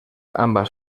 ambas